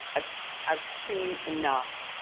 i've i've seen enough.